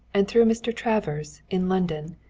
and through mr. travers, in london,